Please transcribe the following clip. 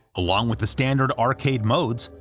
along with the standard arcade modes,